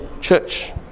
church